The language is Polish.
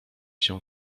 się